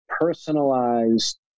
personalized